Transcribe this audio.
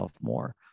more